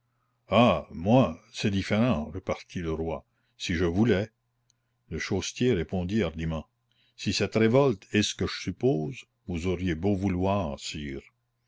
ah moi c'est différent repartit le roi si je voulais le chaussetier répondit hardiment si cette révolte est ce que je suppose vous auriez beau vouloir sire